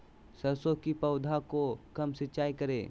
सरसों की पौधा को कब सिंचाई करे?